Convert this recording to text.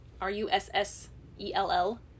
R-U-S-S-E-L-L